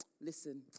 Listen